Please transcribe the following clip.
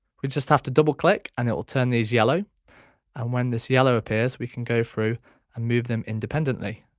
we just have to double click and it will turn these yellow and when this yellow appears we can go through and ah move them independently